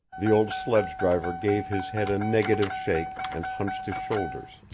the old sledge-driver gave his head a negative shake and hunched his shoulders,